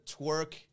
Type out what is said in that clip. twerk